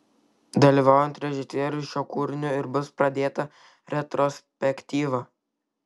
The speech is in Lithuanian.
dalyvaujant režisieriui šiuo kūriniu ir bus pradėta retrospektyva